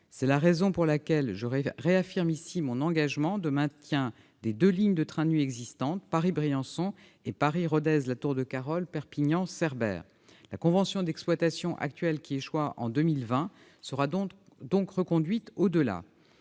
C'est la raison pour laquelle je réaffirme ici mon engagement à maintenir les deux lignes existantes de train de nuit, Paris-Briançon et Paris-Rodez-Latour-de-Carol-Perpignan-Cerbère. La convention d'exploitation actuelle, qui échoit en 2020, sera donc reconduite au-delà.